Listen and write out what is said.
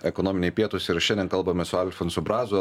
ekonominiai pietūs ir šiandien kalbame su alfonso brazu